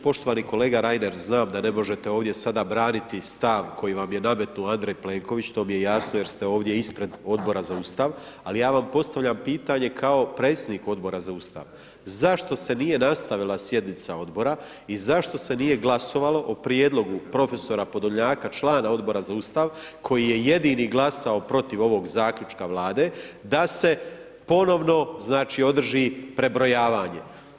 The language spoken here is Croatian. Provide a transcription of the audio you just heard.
Poštovani kolega Reiner, znam da ne možete ovdje sada braniti stav koji vam je nametnuo Andrej Plenković, to mi je jasno jer ste ovdje ispred Odbora za Ustav, ali ja vam postavljam pitanje kao predsjedniku Odbora za Ustav, zašto se nije nastavila sjednica Odbora i zašto se nije glasovalo o prijedlogu prof. Podolnjaka, člana Odbora za Ustav koji je jedini glasao protiv ovog zaključka Vlade da se ponovno znači održi prebrojavanje?